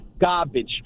Garbage